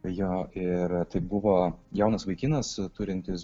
jo ir tai buvo jaunas vaikinas turintis